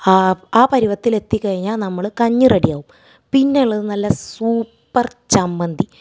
ആ ആ പരുവത്തിലെത്തിക്കഴിഞ്ഞാൽ നമ്മൾ കഞ്ഞി റെഡിയാകും പിന്നുള്ളത് നല്ല സൂപ്പർ ചമ്മന്തി